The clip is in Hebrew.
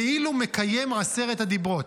כאילו מקיים עשרת הדיברות.